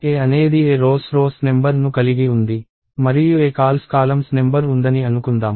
A అనేది a Rows rows number ను కలిగి ఉంది మరియు aCols కాలమ్స్ నెంబర్ ఉందని అనుకుందాం